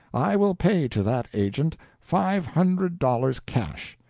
i will pay to that agent five hundred dollars cash.